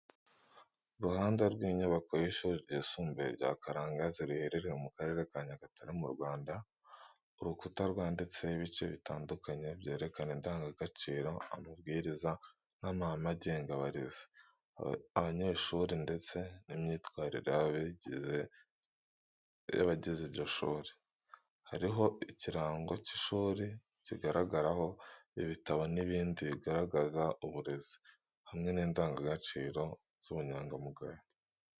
Uruhande rw’inyubako y’ishuri ryisumbuye rya Karangazi riherereye muri Nyagatare mu Rwanda. Urukuta rwanditseho ibice bitandukanye byerekana indangagaciro, amabwiriza, n’amahame agenga abarezi, abanyeshuri ndetse n’imyitwarire y’abagize iryo shuri. Hariho ikirango cy’ishuri kigaragaraho ibitabo n’ibindi bigaragaza uburezi, hamwe n’indangagaciro z’ubunyangamugayo.